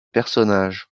personnages